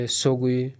sogui